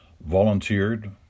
volunteered